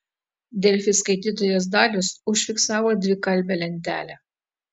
delfi skaitytojas dalius užfiksavo dvikalbę lentelę